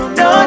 no